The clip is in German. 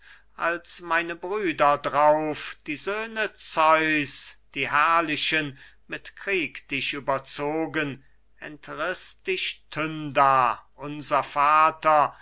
als meine brüder drauf die söhne zeus die herrlichen mit krieg dich überzogen entriß dich tyndar unser vater